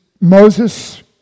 Moses